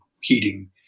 heating